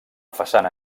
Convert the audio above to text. façana